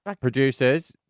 Producers